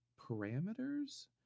parameters